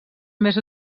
més